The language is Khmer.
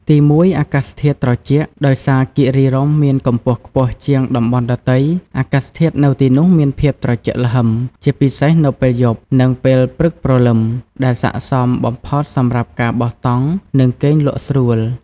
ទីមួយ អាកាសធាតុត្រជាក់ ដោយសារគិរីរម្យមានកម្ពស់ខ្ពស់ជាងតំបន់ដទៃ អាកាសធាតុនៅទីនោះមានភាពត្រជាក់ល្ហឹម ជាពិសេសនៅពេលយប់ និងពេលព្រឹកព្រលឹម ដែលស័ក្តិសមបំផុតសម្រាប់ការបោះតង់ និងគេងលក់ស្រួល។